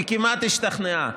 היא כמעט השתכנעה.